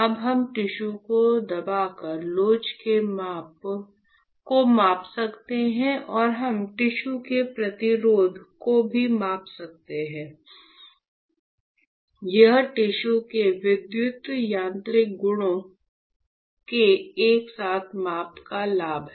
अब हम टिश्यू को दबाकर लोच को माप सकते हैं और हम टिश्यू के प्रतिरोध को भी माप सकते हैं यह टिश्यू के विद्युत यांत्रिक गुणों के एक साथ माप का लाभ है